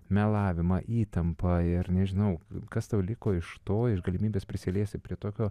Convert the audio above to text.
melavimą įtampą ir nežinau kas tau liko iš to iš galimybės prisiliesti prie tokio